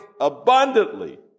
abundantly